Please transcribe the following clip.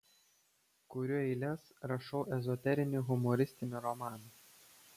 kuriu eiles rašau ezoterinį humoristinį romaną